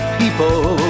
people